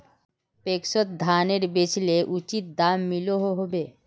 पैक्सोत धानेर बेचले उचित दाम मिलोहो होबे?